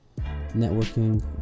networking